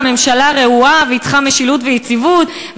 רעועה והיא צריכה משילות ויציבות,